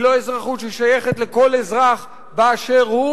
היא לא אזרחות ששייכת לכל אזרח באשר הוא.